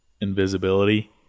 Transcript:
invisibility